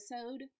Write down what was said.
episode